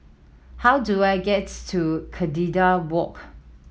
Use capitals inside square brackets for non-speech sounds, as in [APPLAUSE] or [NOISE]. how do I gets to [UNINTELLIGIBLE] Walk